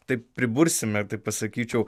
taip pridursime taip pasakyčiau